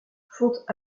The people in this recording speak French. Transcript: font